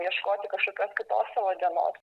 ieškoti kažkokios kitos savo dienos